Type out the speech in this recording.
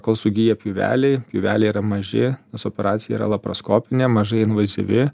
kol sugyja pjūveliai pjūveliai yra maži nes operacija yra laproskopinė mažai invazyvi